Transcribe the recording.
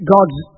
God's